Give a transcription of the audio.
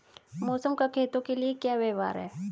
मौसम का खेतों के लिये क्या व्यवहार है?